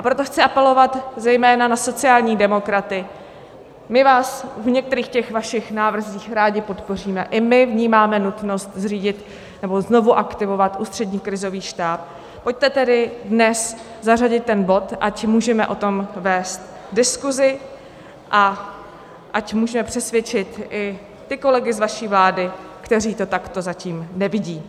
Proto chci apelovat zejména na sociální demokraty my vás v některých těch vašich návrzích rádi podpoříme, i my vnímáme nutnost zřídit, nebo znovu aktivovat Ústřední krizový štáb pojďte tedy dnes zařadit ten bod, ať o tom můžeme vést diskusi a ať můžeme přesvědčit i ty kolegy z vaší vlády, kteří to takto zatím nevidí.